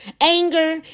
anger